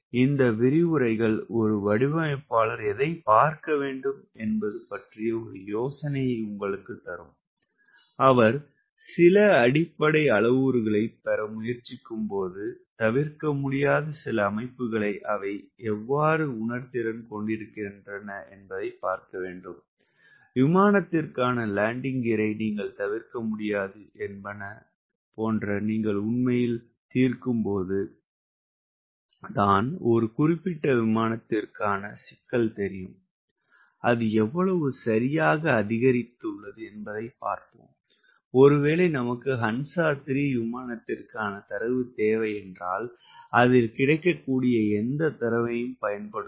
இந்த விரிவுரைகள் ஒரு வடிவமைப்பாளர் எதைப் பார்க்க வேண்டும் என்பது பற்றிய ஒரு யோசனையை உங்களுக்குத் தரும் அவர் சில அடிப்படை அளவுருக்களைப் பெற முயற்சிக்கும்போது தவிர்க்க முடியாத சில அமைப்புகளை அவை எவ்வாறு உணர்திறன் கொண்டிருக்கின்றன விமானத்திற்கான லெண்டிங் கியரை நீங்கள் தவிர்க்க முடியாது என்பன நீங்கள் உண்மையில் தீர்க்கும்போது தான் ஒரு குறிப்பிட்ட விமானத்திற்கான சிக்கல் தெரியும் அது எவ்வளவு சரியாக அதிகரித்துள்ளது என்பதைப் பார்ப்போம் ஒருவேளை நமக்கு ஹன்சா 3 விமானத்திற்க்கு தரவு தேவை என்றால் அதில் கிடைக்கக்கூடிய எந்த தரவையும் பயன்படுத்தவோம்